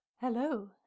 Hello